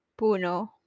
Puno